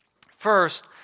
First